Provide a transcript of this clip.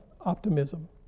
optimism